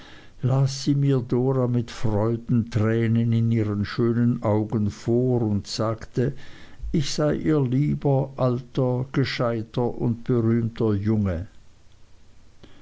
mit freudentränen in ihren schönen augen vor und sagte ich sei ihr lieber alter gescheiter und berühmter junge